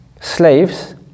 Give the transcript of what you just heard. slaves